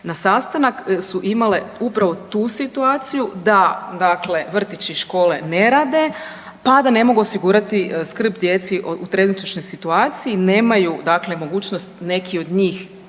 na sastanak su imale upravo tu situaciju da vrtići i škole ne rade, pa da ne mogu osigurati skrb djeci u trenutačnoj situaciji, nemaju mogućnost neki od njih